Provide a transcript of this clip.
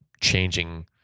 changing